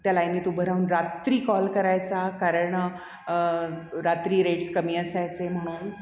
त्या लाईनीत उभं राहून रात्री कॉल करायचा कारण रात्री रेट्स कमी असायचे म्हणून